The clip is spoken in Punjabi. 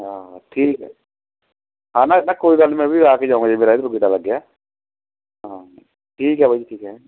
ਹਾਂ ਠੀਕ ਆ ਨਾ ਨਾ ਕੋਈ ਗੱਲ ਮੈਂ ਵੀ ਆ ਕੇ ਜਾਊਂਗਾ ਹਾਂ ਠੀਕ ਹੈ ਠੀਕ ਹੈ